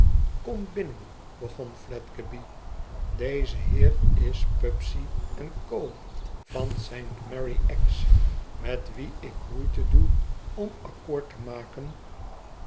kom binnen begon fledgeby deze heer is pubsey en co van saint mary axe met wien ik moeite doe om accoord te maken